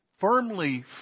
Firmly